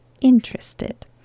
interested